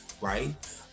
Right